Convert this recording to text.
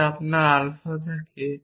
যদি আপনার আলফা থাকে